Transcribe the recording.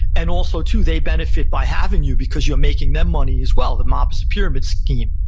and also too, they benefit by having you, because you're making them money as well. the mob is a pyramid scheme.